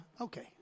Okay